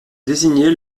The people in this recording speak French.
désigner